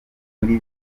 muri